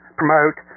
promote